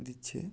দিচ্ছে